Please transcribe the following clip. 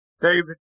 David